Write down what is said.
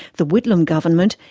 the whitlam government,